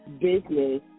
business